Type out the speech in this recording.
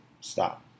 Stop